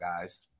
guys